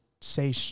say